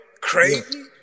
crazy